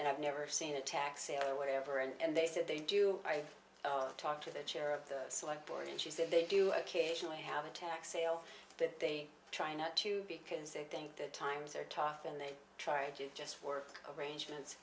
and i've never seen a taxi or whatever and they said they do i talk to the chair of the select board and she said they do occasionally have a tech sale that they try not to because they think that times are tough and they try to just work arrangements